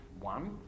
one